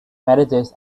marriages